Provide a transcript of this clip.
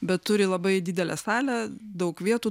bet turi labai didelę salę daug vietų